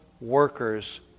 workers